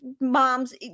moms